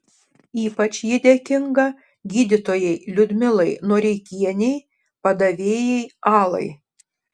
ypač ji dėkinga gydytojai liudmilai noreikienei padavėjai alai